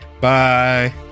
bye